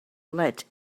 let